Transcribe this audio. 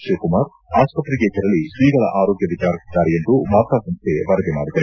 ಶಿವಕುಮಾರ್ ಆಸ್ಪತ್ರೆಗೆ ತೆರಳಿ ಶ್ರೀಗಳ ಆರೋಗ್ಯ ವಿಚಾರಿಸಿದ್ದಾರೆ ಎಂದು ವಾರ್ತಾ ಸಂಸ್ಥೆ ವರದಿ ಮಾಡಿದೆ